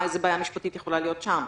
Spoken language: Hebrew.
איזו בעיה משפטית יכולה להיות שם?